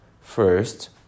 First